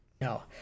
no